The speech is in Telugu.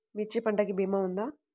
మిర్చి పంటకి భీమా ఉందా?